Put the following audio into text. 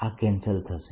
આ કેન્સલ થશે